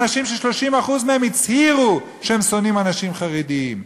אנשים ש-30% מהם הצהירו שהם שונאים אנשים חרדים.